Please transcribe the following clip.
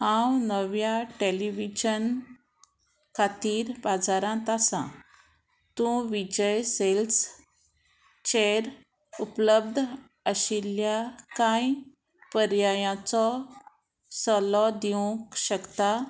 हांव नव्या टॅलिविजन खातीर बाजारांत आसा तूं विजय सेल्सचेर उपलब्ध आशिल्ल्या कांय पर्यायाचो सल्लो दिवंक शकता